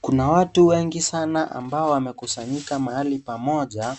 Kuna watu wengi sana ambao wamekusanyika mahali pamoja.